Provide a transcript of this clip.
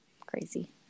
crazy